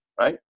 Right